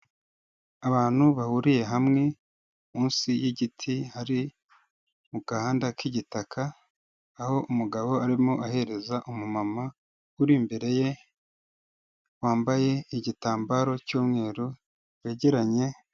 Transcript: Abantu bahuriye hamwe munsi yigiti hari mu gahanda k'igitaka, aho umugabo arimo ahereza umu mama uri imbere ye, wambaye igitambaro cy'umweru yegenye.